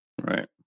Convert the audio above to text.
right